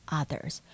others